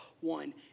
one